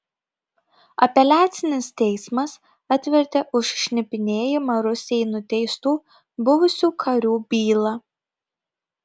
apeliacinis teismas atvertė už šnipinėjimą rusijai nuteistų buvusių karių bylą